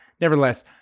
Nevertheless